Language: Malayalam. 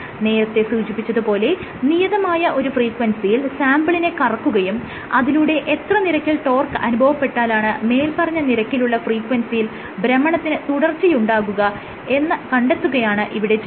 നേരത്തെ സൂചിപ്പിച്ചത് പോലെ നിയതമായ ഒരു ഫ്രീക്വൻസിയിൽ സാംപിളിനെ കറക്കുകയും അതിലൂടെ എത്ര നിരക്കിൽ ടോർക്ക് അനുഭവപ്പെട്ടാലാണ് മേല്പറഞ്ഞ നിരക്കിലുള്ള ഫ്രീക്വൻസിയിൽ ഭ്രമണത്തിന് തുടർച്ചയുണ്ടാകുക എന്ന് കണ്ടെത്തുകയാണ് ഇവിടെ ചെയ്യുന്നത്